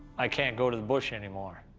i can't go to the bush anymore.